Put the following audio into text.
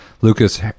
lucas